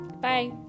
Bye